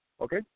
Okay